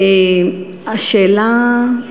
תוצרת כחול-לבן.